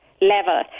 level